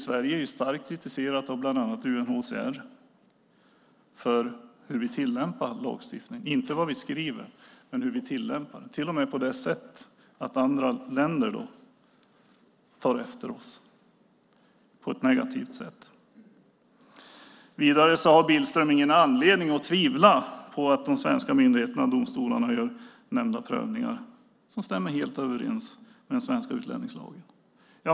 Sverige har blivit starkt kritiserat av bland annat UNHCR för hur vi tillämpar lagstiftningen, inte för vad vi skriver men hur vi tillämpar detta, och andra länder tar till och med efter oss på ett negativt sätt. Vidare har Billström ingen anledning att tvivla på att de svenska myndigheterna och domstolarna gör nämnda prövningar som stämmer helt överens med den svenska utlänningslagen.